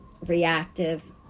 reactive